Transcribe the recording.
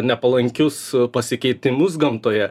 nepalankius pasikeitimus gamtoje